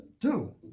two